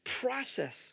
process